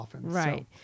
Right